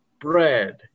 bread